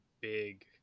big